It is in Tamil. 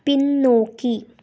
பின்னோக்கி